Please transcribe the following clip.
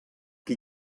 qui